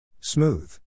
Smooth